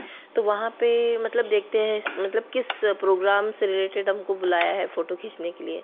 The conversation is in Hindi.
तो वहाँ पर मतलब देखते हैं मतलब किस प्रोग्राम से रिलेटेड हमको बुलाया है फ़ोटो खींचने के लिए